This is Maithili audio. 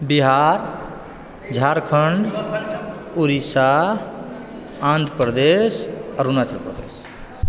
बिहार झारखण्ड उड़ीसा आन्ध्रप्रदेश अरूणाचलप्रदेश